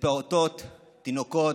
בפעוטות ובתינוקות,